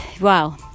wow